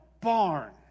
barn